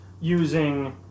using